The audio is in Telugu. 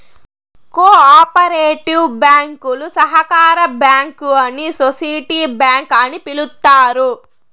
కో ఆపరేటివ్ బ్యాంకులు సహకార బ్యాంకు అని సోసిటీ బ్యాంక్ అని పిలుత్తారు